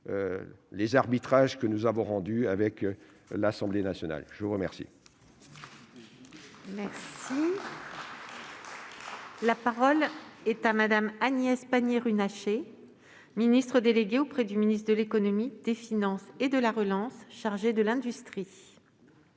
les arbitrages que nous avons rendus avec l'Assemblée nationale. La parole